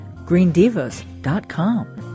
greendivas.com